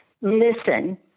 listen